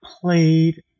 played